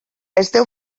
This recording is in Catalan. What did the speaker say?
esteu